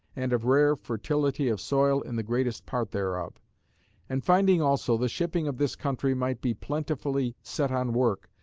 and of rare fertility of soil in the greatest part thereof and finding also the shipping of this country might be plentifully set on work,